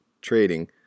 trading